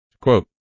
quote